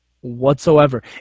whatsoever